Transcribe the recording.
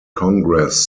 congress